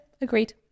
agreed